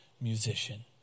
musician